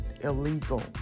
illegal